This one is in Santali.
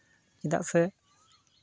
ᱪᱮᱫᱟᱜ ᱥᱮ